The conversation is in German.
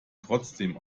trotzdem